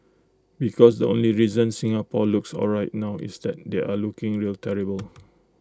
because the only reason Singapore looks alright now is that they are looking real terrible